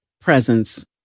presence